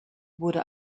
wurde